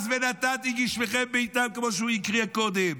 אז "ונתתי גשמיכם בעתם", כמו שהוא הקריא קודם.